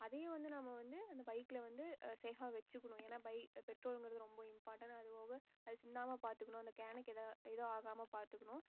அதையும் வந்து நம்ம வந்து பைக்கில் வந்து சேஃப்பாக வச்சிக்கணும் ஏன்னா பைக் பெட்ரோலுங்கிறது ரொம்ப இம்பார்ட்டன்ட் அது போக அது சிந்தாமல் பாத்துக்கணும் அந்த கேனுக்கு எது எதுவும் ஆகாமல் பாத்துக்கணும்